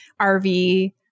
RV